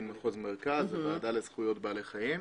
מחוז מרכז הוועדה לזכויות בעלי חיים.